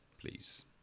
please